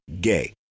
gay